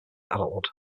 adulthood